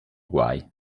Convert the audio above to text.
guai